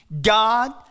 God